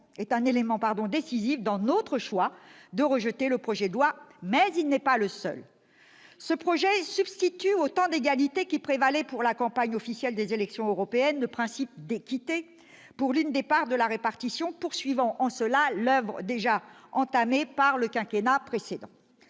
est un élément décisif dans notre choix de rejeter le présent projet de loi, mais il n'est pas le seul. Ce texte substitue au temps d'égalité qui prévalait pour la campagne officielle des élections européennes le principe d'équité pour l'une des parts de la répartition, poursuivant en cela l'oeuvre déjà entamée lors du quinquennat précédent.